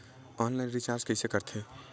Online recharge कइसे करथे?